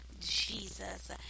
Jesus